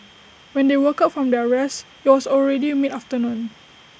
when they woke up from their rest IT was already mid afternoon